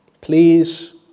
Please